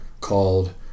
called